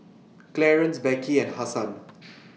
Clarance Beckie and Hasan